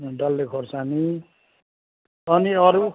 अँ डल्ले खोर्सानी अनि अरू